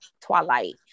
Twilight